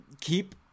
keep